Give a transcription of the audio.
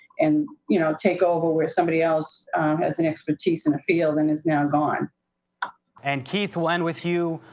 and you know, take over where somebody else has an expertise in the field and is now gone. noor and, keith, we'll end with you.